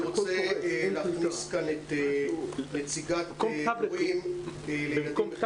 רוצה להכניס כאן את נציגת ההורים לילדים בחינוך מיוחד,